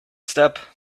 step